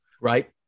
Right